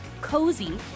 COZY